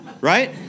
right